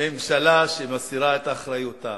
ממשלה שמסירה את אחריותה